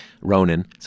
Ronan